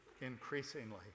increasingly